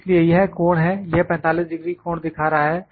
इसलिए यह कोण है यह 45 डिग्री कोण दिखा रहा है